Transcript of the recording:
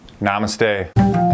Namaste